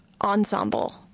ensemble